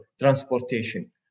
transportation